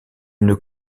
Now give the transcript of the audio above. une